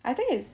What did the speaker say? I think is